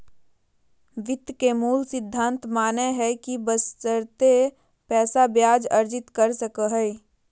वित्त के मूल सिद्धांत मानय हइ कि बशर्ते पैसा ब्याज अर्जित कर सको हइ